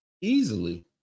Easily